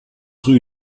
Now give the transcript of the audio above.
rue